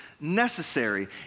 Necessary